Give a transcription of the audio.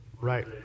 Right